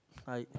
I